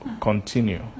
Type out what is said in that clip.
continue